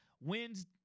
wins